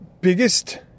biggest